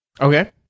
Okay